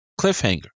cliffhanger